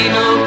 no